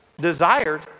desired